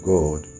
God